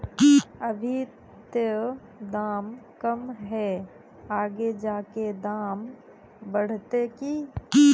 अभी ते दाम कम है आगे जाके दाम बढ़ते की?